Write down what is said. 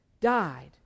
died